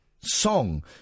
song